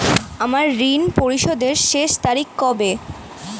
আমার ঋণ পরিশোধের শেষ তারিখ কবে?